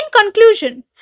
conclusion